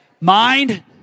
mind